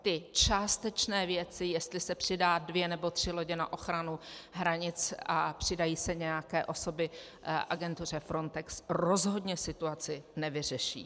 Ty částečné věci, jestli se přidají dvě nebo tři lodě na ochranu hranice a přidají se nějaké osoby agentuře Frontex, rozhodně situaci nevyřeší.